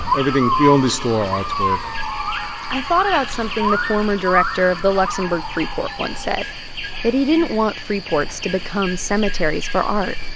everything we only store artwork i thought about something the former director of the luxembourg free port once said that he didn't want free ports to become cemeteries for art.